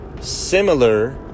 similar